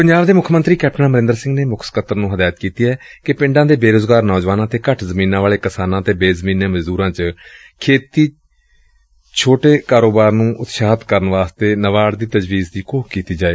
ਪੰਜਾਬ ਦੇ ਮੁੱਖ ਮੰਤਰੀ ਕੈਪਟਨ ਅਮਰੰਦਰ ਸਿੰਘ ਨੇ ਮੁੱਖ ਸਕੱਤਰ ਨੂੰ ਹਦਾਇਤ ਕੀਤੀ ਏ ਕਿ ਪਿੰਡਾਂ ਦੇ ਬੇਰੁਜ਼ਗਾਰ ਨੌਜਵਾਨਾਂ ਅਤੇ ਘੱਟ ਜ਼ਮੀਨਾਂ ਵਾਲੇ ਕਿਸਾਨਾਂ ਤੇ ਬੇਜ਼ਮੀਨੇ ਮਜ਼ਦੂਰਾਂ ਵਿਚ ਛੋਟੇ ਖੇਤੀ ਕਾਰੋਬਾਰ ਨੂੰ ਉਤਸ਼ਾਹਿਤ ਕਰਨ ਵਾਸਤੇ ਨਾਬਾਰਡ ਦੀ ਤਜਵੀਜ਼ ਦੀ ਘੋਖ ਕੀਤੀ ਜਾਏ